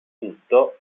tutto